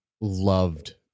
loved